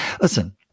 Listen